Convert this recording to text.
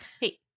hey